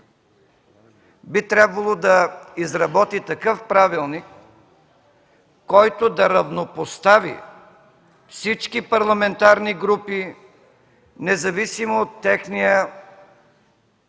би трябвало да изработи такъв правилник, който да равнопостави всички парламентарни групи, независимо от техния състав.